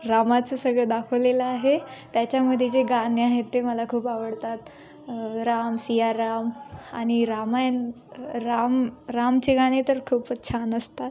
रामाचं सगळं दाखवलेलं आहे त्याच्यामध्ये जे गाणे आहेत ते मला खूप आवडतात राम सियाराम आणि रामायण राम रामचे गाणे तर खूपच छान असतात